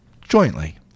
jointly